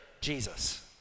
Jesus